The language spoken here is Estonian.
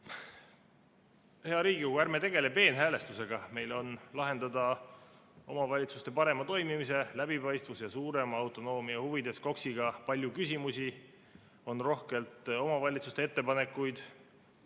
Hea Riigikogu, ärme tegeleme peenhäälestusega! Meil on lahendada omavalitsuste parema toimimise, läbipaistvuse ja suurema autonoomia huvides KOKS-iga palju küsimusi. On rohkelt omavalitsuste ettepanekuid.